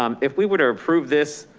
um if we would approve this,